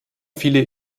viele